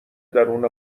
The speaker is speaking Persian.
درون